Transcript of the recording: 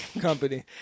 Company